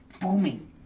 booming